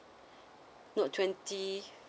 note twenty